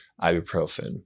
ibuprofen